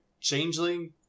changeling